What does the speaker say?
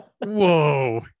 whoa